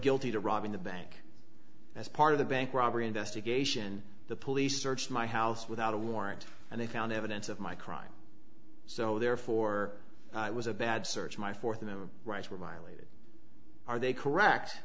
guilty to robbing the bank as part of the bank robbery investigation the police searched my house without a warrant and they found evidence of my crime so therefore it was a bad search my fourth rights were violated are they correct